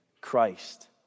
Christ